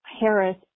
Harris